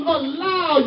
allow